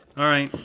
alright,